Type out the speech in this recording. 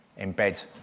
embed